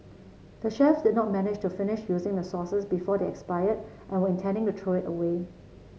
the chefs did not manage to finish using the sauces before they expired and were intending to throw it away